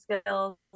skills